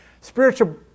spiritual